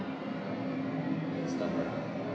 and stuff like that